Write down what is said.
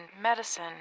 medicine